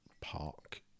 park